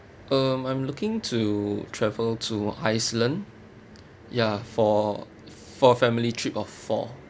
um I'm looking to travel to iceland ya for for family trip of four